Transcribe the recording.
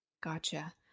Gotcha